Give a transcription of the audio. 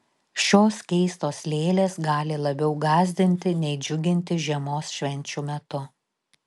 šios keistos lėlės gali labiau gąsdinti nei džiuginti žiemos švenčių metu